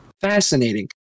Fascinating